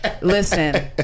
Listen